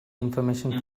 information